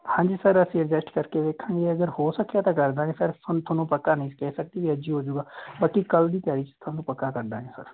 ਹਾਂਜੀ ਸਰ ਅਸੀਂ ਅਡਜਸਟ ਕਰਕੇ ਵੇਖਾਂਗੇ ਅਗਰ ਹੋ ਸਕਿਆ ਤਾਂ ਕਰ ਦਾਂਗੇ ਸਰ ਤੁਹਾਨੂੰ ਤੁਹਾਨੂੰ ਪੱਕਾ ਨਹੀਂ ਕਹਿ ਸਕਦੇ ਵੀ ਅੱਜ ਹੀ ਹੋਜੂਗਾ ਬਾਕੀ ਕੱਲ੍ਹ ਦੀ ਦਿਹਾੜੀ 'ਚ ਤੁਹਾਨੂੰ ਪੱਕਾ ਕਰ ਦਾਂਗੇ ਸਰ